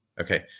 Okay